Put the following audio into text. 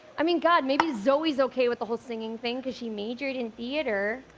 i mean, god, maybe zoey's okay with the whole singing thing because she majored in theater.